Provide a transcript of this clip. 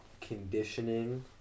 conditioning